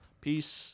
Peace